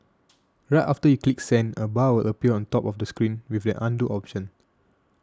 right after you click send a bar will appear on top of the screen with an Undo option